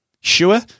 Sure